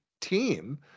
team